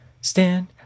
Stand